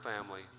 family